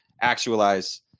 actualize